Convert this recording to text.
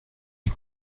une